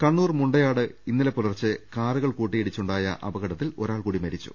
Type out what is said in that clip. കണ്ണൂർ മുണ്ടയാട് ഇന്നലെ പുലർച്ചെ കാറുകൾ കൂട്ടിയിടിച്ചുണ്ടായ അപകടത്തിൽ ഒരാൾകൂടി മരിച്ചു